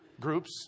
groups